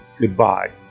goodbye